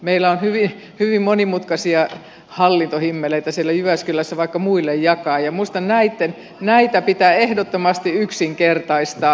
meillä on hyvin monimutkaisia hallintohimmeleitä siellä jyväskylässä vaikka muille jakaa ja minusta näitä pitää ehdottomasti yksinkertaistaa